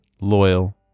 loyal